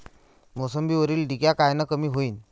मोसंबीवरील डिक्या कायनं कमी होईल?